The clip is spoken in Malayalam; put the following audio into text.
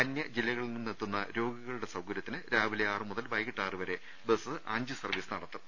അന്യജില്ലകളിൽ നിന്നെത്തുന്ന രോഗികളുടെ സൌകര്യത്തിന് രാവിലെ ആറ് മുതൽ വൈകീട്ട് ആറു വരെ ബസ് അഞ്ച് സർവ്വീസ് നടത്തും